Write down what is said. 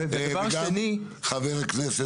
וגם חבר הכנסת,